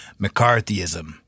McCarthyism